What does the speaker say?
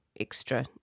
extra